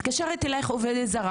מתקשרת אליך עובדת זרה